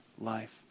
life